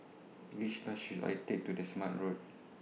Which Bus should I Take to The Smart Road